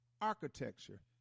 architecture